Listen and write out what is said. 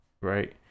right